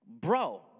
Bro